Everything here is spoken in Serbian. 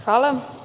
Hvala.